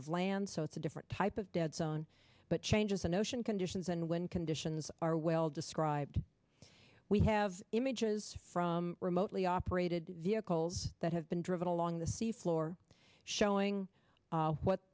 of land so it's a different type of dead zone but changes in ocean conditions and when conditions are well described we have images from remotely operated vehicles that have been driven along the sea floor showing what